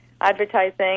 advertising